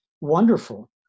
wonderful